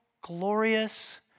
glorious